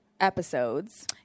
episodes